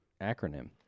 acronym